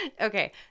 okay